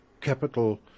capital